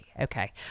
Okay